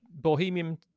bohemian